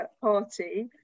party